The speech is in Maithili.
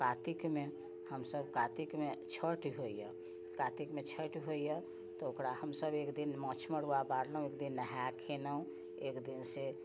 कार्तिकमे हमसब कार्तिकमे छठि होइए कार्तिकमे छठि होइए तऽ ओकरा हमसब एक दिन माछ मड़ुआ बारलोँ एक दिन नहाइ खेलोँ एक दिनसँ